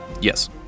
yes